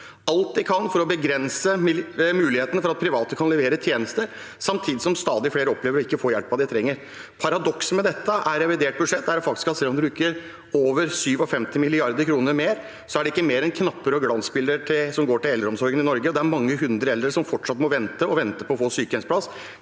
alt de kan for å begrense muligheten for at private kan levere tjenester, samtidig som stadig flere opplever å ikke få hjelpen de trenger. Paradokset er revidert budsjett. En skal bruke over 57 mrd. kr mer, og så er det ikke mer enn knapper og glansbilder som går til eldreomsorgen i Norge. Det er mange hundre eldre som fortsatt må vente og vente på å få sykehjemsplassen